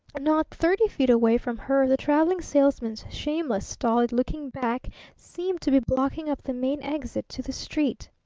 not thirty feet away from her the traveling salesman's shameless, stolid-looking back seemed to be blocking up the main exit to the street.